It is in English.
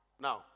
Now